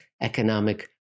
economic